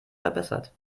verbessert